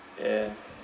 ya